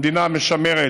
המדינה משמרת